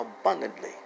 abundantly